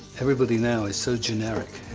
everybody now is so generic.